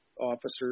officers